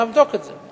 כן, נבדוק את זה.